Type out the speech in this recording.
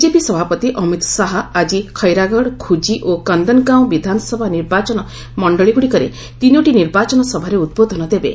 BJP ସଭାପତି ଅମିତ୍ ଶାହା ଆଜି ଖଇରାଗଡ଼ ଖୁଜି ଓ କନ୍ଦନଗାଓଁ ବିଧାନସଭା ନିର୍ବାଚନ ମଣ୍ଡଳିଗୁଡ଼ିକରେ ତିନୋଟି ନିର୍ବାଚନ ସଭାରେ ଉଦ୍ବୋଧନ ଦେବେ